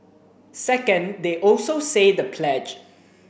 second they also say the pledge